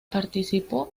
participó